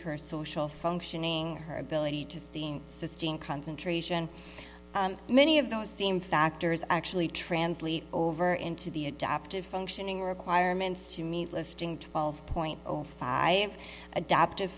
her social functioning her ability to seen sustained concentration many of those seem factors actually translate over into the adoptive functioning requirements to meet listing twelve point zero five adoptive